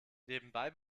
nebenbei